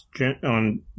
on